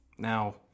Now